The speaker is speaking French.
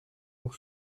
pour